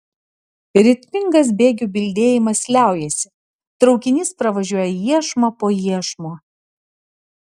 ritmingas bėgių bildėjimas liaujasi traukinys pravažiuoja iešmą po iešmo